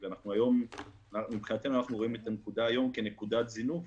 אנחנו רואים היום את הנקודה כנקודת זינוק,